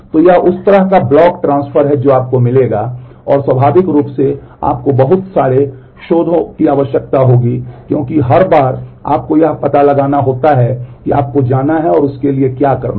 तो यह उस तरह का ब्लॉक ट्रांसफर है जो आपको मिलेगा और स्वाभाविक रूप से आपको बहुत सारे शोधों की आवश्यकता होगी क्योंकि हर बार जब आपको यह पता लगाना होता है कि आपको जाना है और उसके लिए क्या करना है